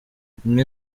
rimwe